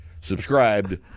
subscribed